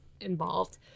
involved